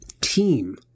team